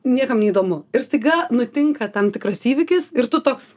niekam neįdomu ir staiga nutinka tam tikras įvykis ir tu toks